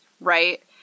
right